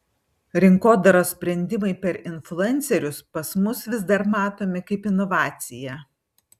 rinkodaros sprendimai per influencerius pas mus vis dar matomi kaip inovacija